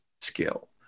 skill